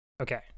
Okay